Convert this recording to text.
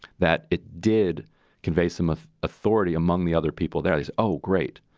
that it did convey some of authority among the other people. that is. oh, great,